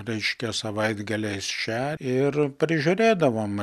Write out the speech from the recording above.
reiškia savaitgaliais čia ir prižiūrėdavom